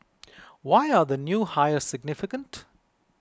why are the new hires significant